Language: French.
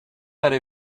allez